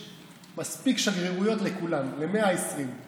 אבל הוא מדבר על בערך לפני אלפיים וחמש מאות שנה,